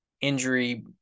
injury